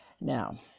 Now